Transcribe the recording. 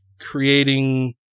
creating